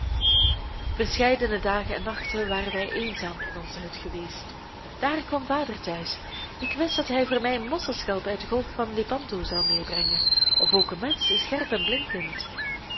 verscheidene dagen en nachten waren wij eenzaam in onze hut geweest daar kwam vader thuis ik wist dat hij voor mij mosselschelpen uit de golf van lepanto zou meebrengen of ook een mes scherp en blinkend